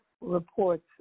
reports